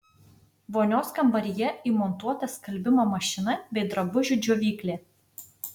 vonios kambaryje įmontuota skalbimo mašina bei drabužių džiovyklė